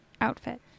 outfit